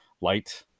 light